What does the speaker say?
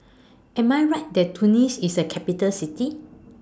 Am I Right that Tunis IS A Capital City